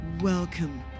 Welcome